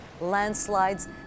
landslides